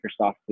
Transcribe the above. Microsoft